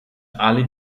alle